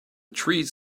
trees